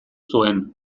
zuen